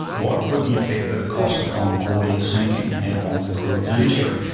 what would the effect of a costa concordia sinking have on the cruise industry.